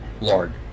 Lord